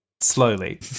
Slowly